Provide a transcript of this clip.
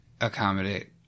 accommodate